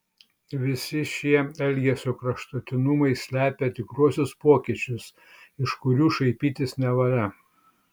visi šie elgesio kraštutinumai slepia tikruosius pokyčius iš kurių šaipytis nevalia